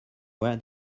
where